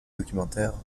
documentaire